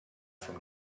from